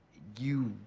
you.